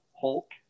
Hulk